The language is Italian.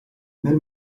nel